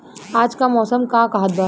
आज क मौसम का कहत बा?